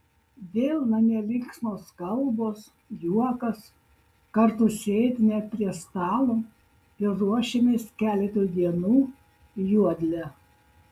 vėl namie linksmos kalbos juokas kartu sėdime prie stalo ir ruošiamės keletui dienų į juodlę